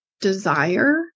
desire